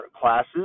classes